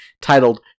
titled